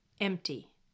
empty